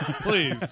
Please